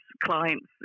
clients